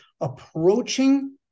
approaching